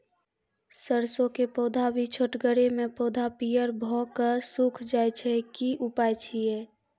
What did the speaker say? सरसों के पौधा भी छोटगरे मे पौधा पीयर भो कऽ सूख जाय छै, की उपाय छियै?